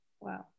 wow